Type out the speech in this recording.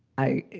i,